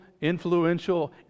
influential